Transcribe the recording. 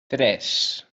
tres